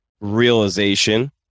realization